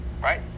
Right